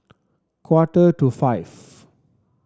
quarter to five